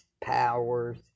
powers